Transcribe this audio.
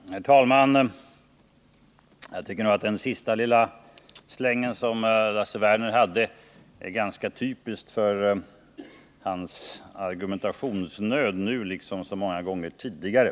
Herr talman! Jag tycker att den sista lilla slängen i Lasse Werners replik är ganska typisk för hans argumentationsnöd nu liksom så många gånger tidigare.